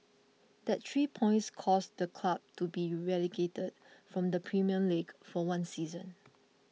that three points caused the club to be relegated from the Premier League for one season